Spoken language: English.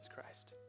Christ